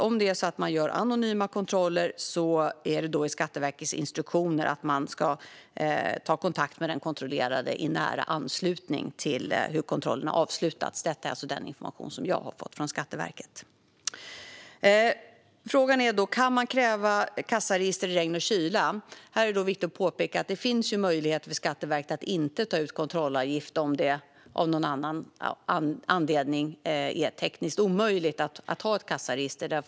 Om man gör anonyma kontroller ingår det i Skatteverkets instruktioner att de ska ta kontakt med den kontrollerade i nära anslutning till att kontrollerna avslutas. Detta är alltså den information som jag har fått från Skatteverket. Frågan är då om man kan kräva kassaregister i regn och kyla. Här är det viktigt att påpeka att det finns möjligheter för Skatteverket att inte ta ut kontrollavgift om det av någon anledning är tekniskt omöjligt att ha ett kassaregister.